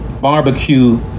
barbecue